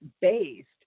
based